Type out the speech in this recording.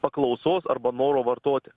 paklausos arba noro vartoti